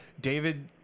david